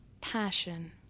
Passion